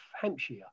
Hampshire